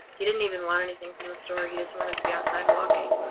he didn't even want anything from the store, he just wanted to be outside walking.